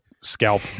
scalp